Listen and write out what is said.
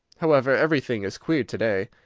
however, everything is queer to-day.